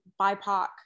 BIPOC